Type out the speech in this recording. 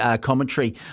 commentary